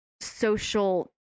social